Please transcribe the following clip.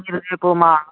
మీరు రేపు మా